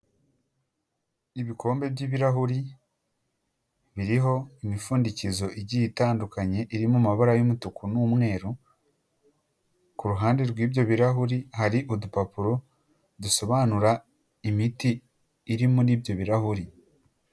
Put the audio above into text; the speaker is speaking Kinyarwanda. Ibikombe by'ibirahuri biriho imipfundikizo igiye itandukanye irimo amabara y'umutuku n'umweru, ku ruhande rw’ibyo birahuri hari udupapuro dusobanura imiti iri muri ibyo birahuri.